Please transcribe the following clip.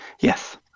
Yes